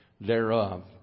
thereof